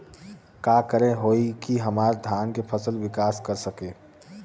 का करे होई की हमार धान के फसल विकास कर सके?